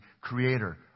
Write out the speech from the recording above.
creator